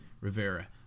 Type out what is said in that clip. Rivera